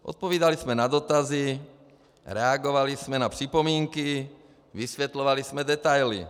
Odpovídali jsme na dotazy, reagovali jsme na připomínky, vysvětlovali jsme detaily.